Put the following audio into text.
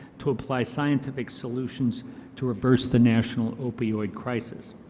to apply scientific solutions to adversity national opioid crisis